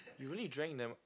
you only drank damn